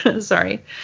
sorry